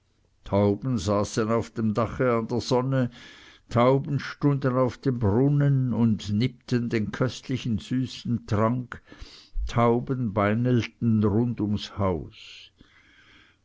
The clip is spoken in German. tauben saßen auf dem dache an der sonne tauben stunden auf dem brunnen und nippten den köstlichen süßen trank tauben beinelten rund ums haus